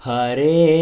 Hare